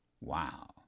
Wow